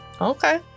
okay